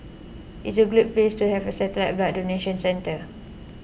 it's a good place to have a satellite blood donation centre